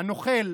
הנוכל